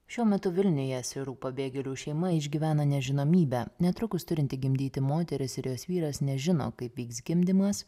šiuo metu vilniuje sirų pabėgėlių šeima išgyvena nežinomybę netrukus turinti gimdyti moteris ir jos vyras nežino kaip vyks gimdymas